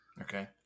Okay